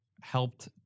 helped